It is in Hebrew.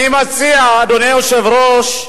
אני מציע, אדוני היושב-ראש,